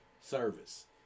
service